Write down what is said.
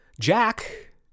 Jack